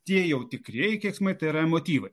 tie jau tikrieji keiksmai tai yra emotyvai